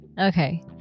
Okay